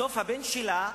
בסוף הבן שלה,